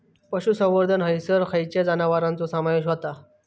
पशुसंवर्धन हैसर खैयच्या जनावरांचो समावेश व्हता?